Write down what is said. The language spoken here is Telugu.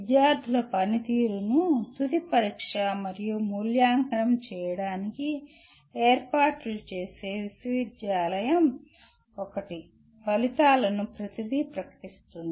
విద్యార్థుల పనితీరును తుది పరీక్ష మరియు మూల్యాంకనం చేయడానికి ఏర్పాట్లు చేసే విశ్వవిద్యాలయం ఒకటి ఫలితాలను ప్రతిదీ ప్రకటిస్తుంది